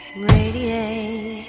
radiate